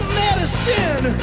medicine